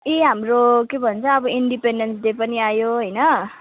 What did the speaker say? ए हाम्रो के भन्छ अब इन्डिपेन्डेन्स डे पनि आयो होइन